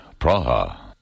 Praha